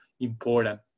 important